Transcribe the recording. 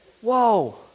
Whoa